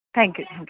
thank you